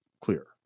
clear